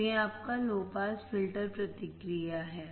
तो यह आपका लो पास फ़िल्टर प्रतिक्रिया है